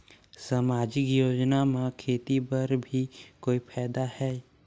समाजिक योजना म खेती बर भी कोई फायदा है?